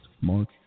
Mark